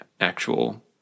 actual